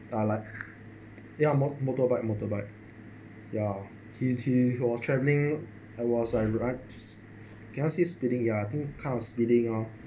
ah like ya motorbike motorbike ya he he was travelling I was cannot say speeding ya kind of speeding lor